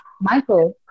Michael